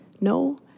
No